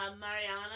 Mariana